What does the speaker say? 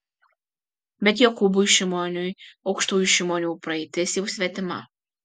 bet jokūbui šimoniui aukštųjų šimonių praeitis jau svetima